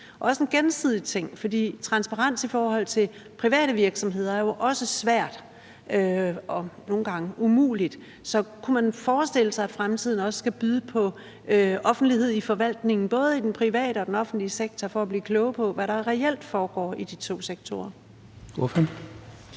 er en gensidig ting, for transparens i forhold til private virksomheder er jo også svært og nogle gange umuligt. Så kunne man forestille sig, at fremtiden også skulle byde på offentlighed i forvaltningen, både i den private og i den offentlige sektor, for at blive klog på, hvad der reelt foregår i de to sektorer?